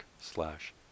slash